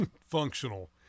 functional